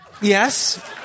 Yes